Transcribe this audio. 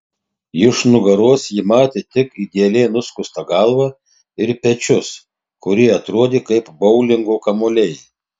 iš nugaros ji matė tik idealiai nuskustą galvą ir pečius kurie atrodė kaip boulingo kamuoliai